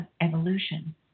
evolution